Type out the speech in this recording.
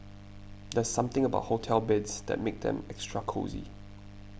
there's something about hotel beds that makes them extra cosy